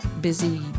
busy